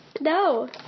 no